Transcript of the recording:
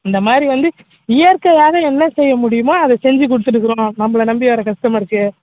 இந்த மாதிரி வந்து இயற்கையாக என்ன செய்ய முடியுமோ அதை செஞ்சுக் கொடுத்துட்டுருக்குறோம் நம்மள நம்பி வர்ற கஸ்டமருக்கு